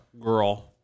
girl